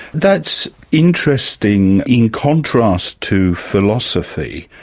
that's interesting in contrast to philosophy.